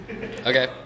Okay